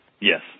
Yes